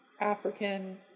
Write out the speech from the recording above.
African